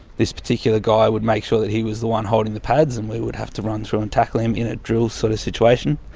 this particular guy would make sure that he was the one holding the pads and we would have to run through and tackle him in a drill sort of situation.